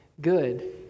good